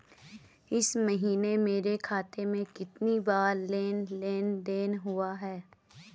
इस महीने मेरे खाते में कितनी बार लेन लेन देन हुआ है?